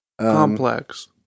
Complex